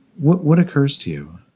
what what occurs to you,